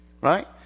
Right